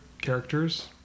characters